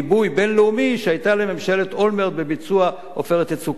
בין-לאומי שהיה לממשלת אולמרט בביצוע "עופרת יצוקה".